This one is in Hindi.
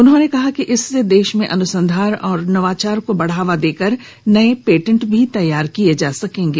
उन्होंने कहा कि इससे देश में अनुसंधान और नवाचार को बढ़ावा देकर नए पेटेंट भी तैयार किए जा सकेंगे